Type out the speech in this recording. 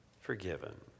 forgiven